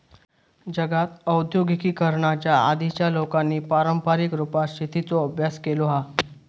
जगात आद्यिगिकीकरणाच्या आधीच्या लोकांनी पारंपारीक रुपात शेतीचो अभ्यास केलो हा